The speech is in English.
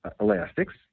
elastics